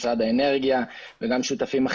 שלום לכולם.